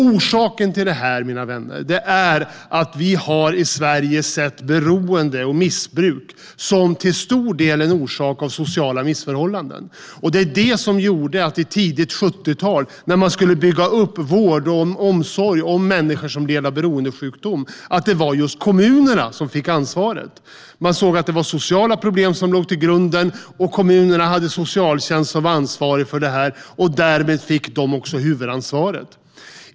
Orsaken till det här, mina vänner, är att vi i Sverige har sett beroende och missbruk som till stor del orsakats av sociala missförhållanden. Det var det som gjorde att det på det tidiga 70-talet, när man skulle bygga upp vård och omsorg om människor som led av beroendesjukdom, var just kommunerna som fick ansvaret. Man ansåg att det var sociala problem som var grunden. Kommunernas socialtjänst hade ansvaret för sådant, och därmed fick de också huvudansvaret.